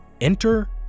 Enter